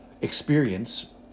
experience